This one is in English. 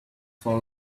for